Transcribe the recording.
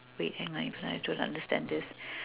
wait hang on I don't understand this